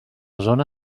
zona